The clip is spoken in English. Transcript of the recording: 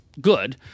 good